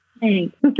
thanks